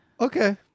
Okay